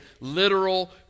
literal